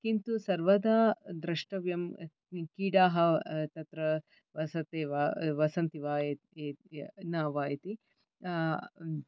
किन्तु सर्वदा द्रष्टव्यं कीटाः तत्र वसति वा वसन्ति इति वा न वा इति